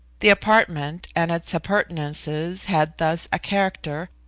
the apartment and its appurtenances had thus a character,